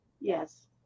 Yes